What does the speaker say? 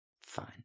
fine